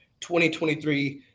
2023